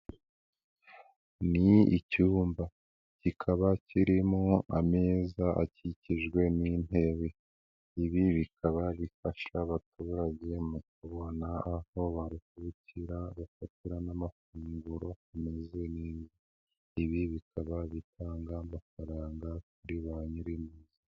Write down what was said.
Ni icyumba, kikaba kirimo ameza akikijwe n'intebe, ibi bikaba bifasha abaturage mu kubona aho barukurikira rufatira n'amafunguro amaze neza. Ibi bikaba bitanga amafaranga kuri ba nyiri inzu.